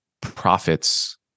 profits